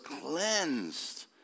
cleansed